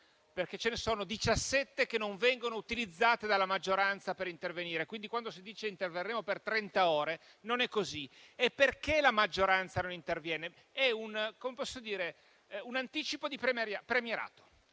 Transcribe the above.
perché diciassette sono le ore che non vengono utilizzate dalla maggioranza per intervenire. Quando si dice che interverremo per trenta ore non è vero. E perché la maggioranza non interviene? È un anticipo di premierato,